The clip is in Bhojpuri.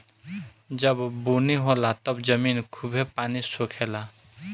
जब बुनी होला तब जमीन खूबे पानी सोखे ला